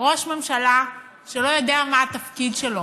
ראש ממשלה שלא יודע מה התפקיד שלו,